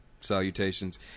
salutations